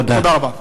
תודה רבה.